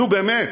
נו, באמת.